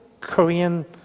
Korean